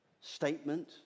statement